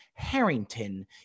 Harrington